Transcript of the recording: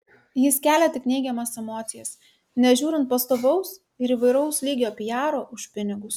jis kelia tik neigiamas emocijas nežiūrint pastovaus ir įvairaus lygio pijaro už pinigus